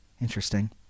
Interesting